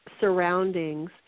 surroundings